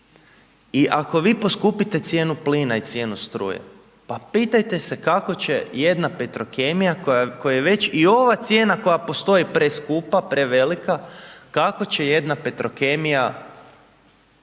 I ako vi poskupite cijenu plina i cijenu struje, pa pitajte se kako će jedna Petrokemija kojoj je već i ova cijena koja postoji preskupa, prevelika, kako će jedna Petrokemija,